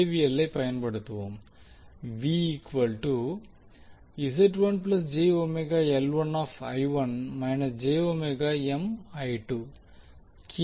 L I பயன்படுத்துவோம் K